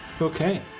Okay